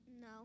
No